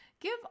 Give